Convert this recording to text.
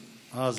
אז,